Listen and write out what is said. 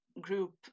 group